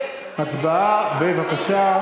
הצבעה, בבקשה.